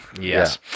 yes